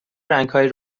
رنگهای